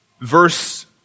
verse